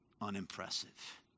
unimpressive